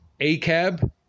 ACAB